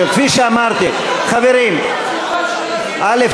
כפי שאמרתי, חברים, א.